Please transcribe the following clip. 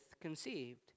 conceived